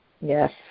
Yes